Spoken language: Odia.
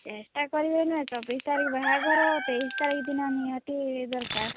ସେଇଟା କରିବେ ନା ଚବିଶ ତାରିଖ ବାହାଘର ତେଇଶ ତାରିଖ ଦିନ ନିହାତି ଦରକାର